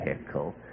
vehicle